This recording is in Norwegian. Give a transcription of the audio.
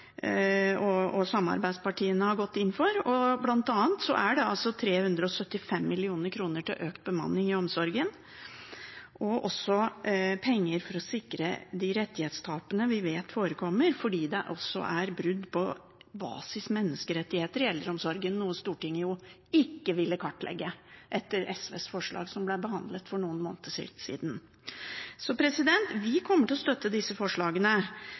og samarbeidspartiene har gått inn for. Blant annet er det 375 mill. kr til økt bemanning i omsorgen og også penger for å sikre seg mot de rettighetstapene vi vet forekommer fordi det er brudd på basis menneskerettigheter i eldreomsorgen, noe Stortinget ikke ville kartlegge etter SVs forslag som ble behandlet for noen måneder siden. Vi kommer til å støtte disse forslagene,